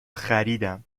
خریدم